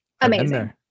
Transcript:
amazing